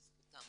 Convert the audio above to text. לזכותם.